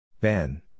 Ben